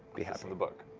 be happy with the book.